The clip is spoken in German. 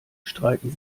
streiten